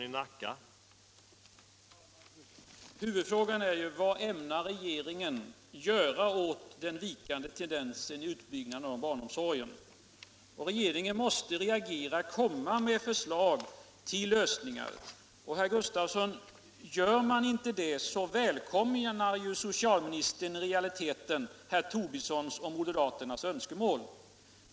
Herr talman! Huvudfrågan är ju: Vad ämnar regeringen göra åt den vikande tendensen i utbyggnaden av barnomsorgen? Regeringen måste här reagera och komma med förslag till lösningar. Gör man inte det, herr Gustavsson, så välkomnar ju socialministern i realiteten herr Tobissons och moderaternas önskemål.